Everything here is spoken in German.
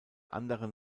anderen